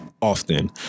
often